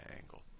angle